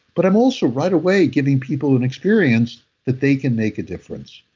but i'm also right away giving people an experience that they can make a difference.